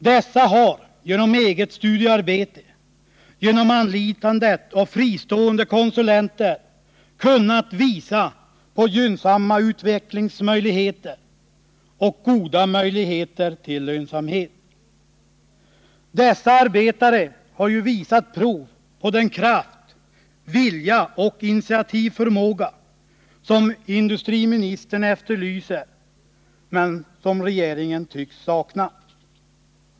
Dessa har genom eget studiearbete och genom anlitande av fristående konsulter kunnat visa på gynnsamma utvecklingsmöjligheter och goda möjligheter till lönsamhet. De har visat prov på den kraft, vilja och initiativförmåga som industriministern efterlyser och som regeringen tycks sakna.